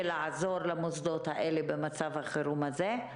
ולעזור למוסדות האלה במצב החירום הזה,